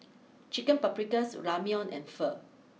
Chicken Paprikas Ramyeon and Pho